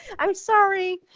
i'm sorry,